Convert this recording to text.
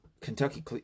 Kentucky